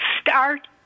start